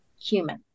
human